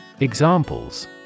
Examples